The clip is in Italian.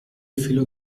filo